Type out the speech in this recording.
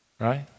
Right